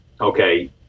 okay